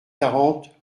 quarante